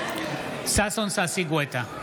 נגד ששון ששי גואטה,